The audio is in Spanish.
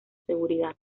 seguridad